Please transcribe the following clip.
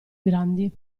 grandi